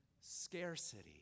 scarcity